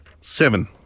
seven